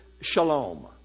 shalom